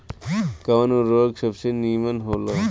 कवन उर्वरक सबसे नीमन होला?